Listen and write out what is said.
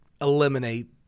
eliminate